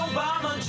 Obama